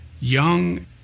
young